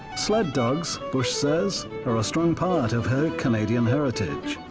sled dogs, bush says, are a strong part of her canadian heritage.